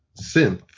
synth